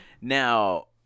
Now